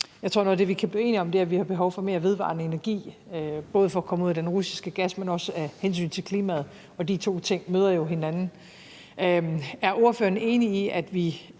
jeg tror vi kan blive enige om – nemlig at vi har behov for mere vedvarende energi både for at komme ud af den russiske gas, men også af hensyn til klimaet, og de to ting møder jo hinanden. Er partilederen enig i, at for